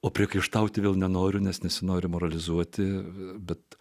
o priekaištauti vėl nenoriu nes nesinori moralizuoti bet